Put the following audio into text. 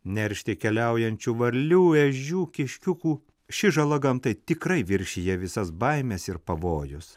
neršti keliaujančių varlių ežių kiškiukų ši žala gamtai tikrai viršija visas baimes ir pavojus